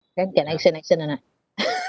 then can action action or not